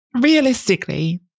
realistically